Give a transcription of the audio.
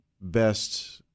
best